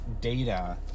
data